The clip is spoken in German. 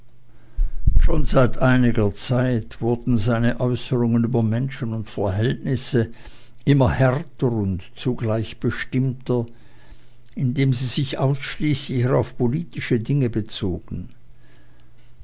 schon seit einiger zeit wurden seine äußerungen über menschen und verhältnisse immer härter und zugleich bestimmter indem sie sich ausschließlicher auf politische dinge bezogen